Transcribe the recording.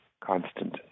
constant